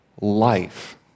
life